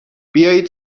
بیایید